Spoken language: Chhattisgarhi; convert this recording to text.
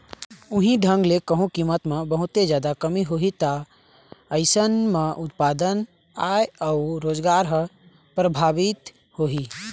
उहीं ढंग ले कहूँ कीमत म बहुते जादा कमी होही ता अइसन म उत्पादन, आय अउ रोजगार ह परभाबित होही